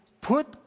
put